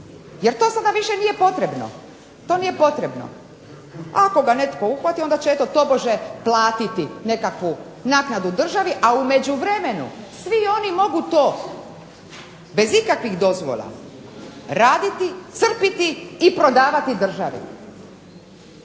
Jer to sada više nije potrebno. Ako ga netko uhvati onda će tobože platiti nekakvu naknadu državi a u međuvremenu svi oni mogu to bez ikakvih dozvola raditi, crpiti i prodavati državi.